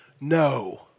No